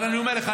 אבל אני אומר לך,